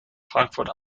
frankfurt